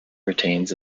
retains